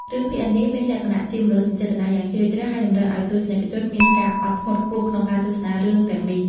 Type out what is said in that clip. រឿងភាគឥណ្ឌាមានលក្ខណៈជាមនោសញ្ចេតនាយ៉ាងជ្រាលជ្រៅហើយតម្រូវឲ្យទស្សនិកជនមានការអត់ធ្មត់ខ្ពស់ក្នុងការទស្សនារឿងទាំងនេះ។